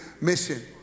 Mission